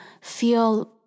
feel